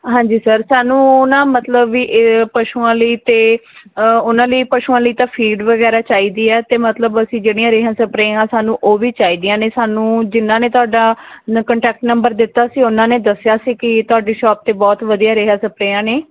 ਹਾਂਜੀ ਸਰ ਸਾਨੂੰ ਨਾ ਮਤਲਬ ਵੀ ਪਸ਼ੂਆਂ ਲਈ ਅਤੇ ਉਹਨਾਂ ਲਈ ਪਸ਼ੂਆਂ ਲਈ ਤਾਂ ਫੀਡ ਵਗੈਰਾ ਚਾਹੀਦੀ ਹੈ ਅਤੇ ਮਤਲਬ ਅਸੀਂ ਜਿਹੜੀਆਂ ਰੇਹਾਂ ਸਪਰੇਹਾਂ ਸਾਨੂੰ ਉਹ ਵੀ ਚਾਹੀਦੀਆਂ ਨੇ ਸਾਨੂੰ ਜਿਨ੍ਹਾਂ ਨੇ ਤੁਹਾਡਾ ਨ ਕੰਟੈਕਟ ਨੰਬਰ ਦਿੱਤਾ ਸੀ ਉਹਨਾਂ ਨੇ ਦੱਸਿਆ ਸੀ ਕਿ ਤੁਹਾਡੀ ਸ਼ੋਪ 'ਤੇ ਬਹੁਤ ਵਧੀਆ ਰੇਹਾਂ ਸਪਰੇਹਾਂ ਨੇ